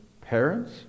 parents